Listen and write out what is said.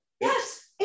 Yes